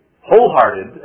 wholehearted